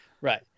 Right